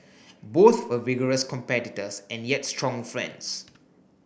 both were vigorous competitors and yet strong friends